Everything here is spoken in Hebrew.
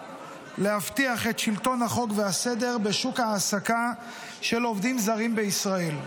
עמוקה להבטיח את שלטון החוק והסדר בשוק ההעסקה של עובדים זרים בישראל.